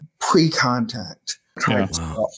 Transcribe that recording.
pre-contact